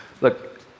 Look